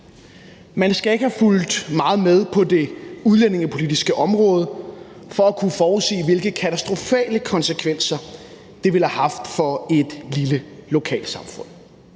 Man skal ikke have fulgt meget med på det udlændingepolitiske område for at kunne forudsige, hvilke katastrofale konsekvenser det ville have haft for et lille lokalsamfund.